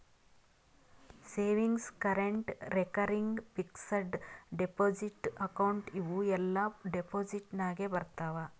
savings, current, recurring, fixed deposit account ಇವೂ ಎಲ್ಲಾ deposit ನಾಗೆ ಬರ್ತಾವ್